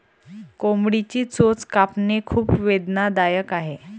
कोंबडीची चोच कापणे खूप वेदनादायक आहे